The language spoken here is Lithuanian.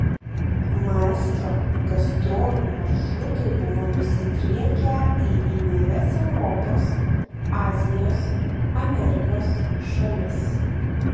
maestro gastrolių maršrutai buvo nusidriekę į įvairias europos azijos amerikos šalis